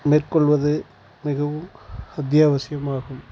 மேற்கொள்வது மிகவும் அத்தியாவசியமாகும்